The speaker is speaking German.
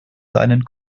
seinen